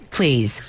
Please